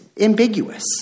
ambiguous